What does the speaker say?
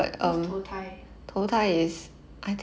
what's 投胎